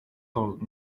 told